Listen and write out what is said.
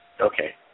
Okay